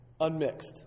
unmixed